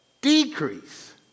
decrease